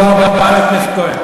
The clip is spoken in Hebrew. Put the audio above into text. לא על כל, מחבלים השתחררו בגללכם.